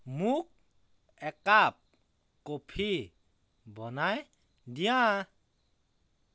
মোক একাপ কফি বনাই দিয়া